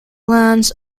lands